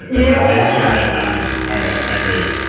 yeah internet died. i hear yeah